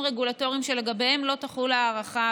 רגולטוריים שלגביהם לא תחול הארכה,